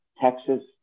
Texas